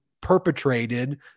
perpetrated